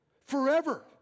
forever